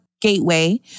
gateway